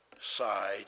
side